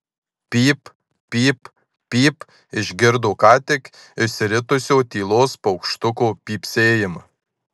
pyp pyp pyp išgirdo ką tik išsiritusio tylos paukštuko pypsėjimą